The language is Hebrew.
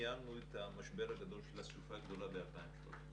ניהלנו את המשבר הגדול של הסופה הגדולה ב-2013,